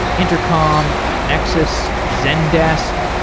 intercom, appnexus, zendesk,